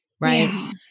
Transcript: right